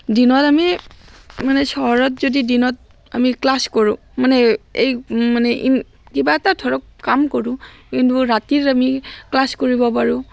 দিনত আমি মানে চহৰত যদি দিনত আমি ক্লাছ কৰোঁ মানে এই মানে ইন কিবা এটা ধৰক কাম কৰোঁ কিন্তু ৰাতিৰ আমি ক্লাছ কৰিব পাৰোঁ